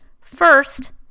First